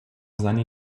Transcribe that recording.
seine